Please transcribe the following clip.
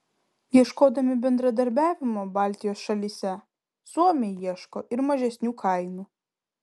ieškodami bendradarbiavimo baltijos šalyse suomiai ieško ir mažesnių kainų